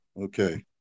Okay